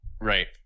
Right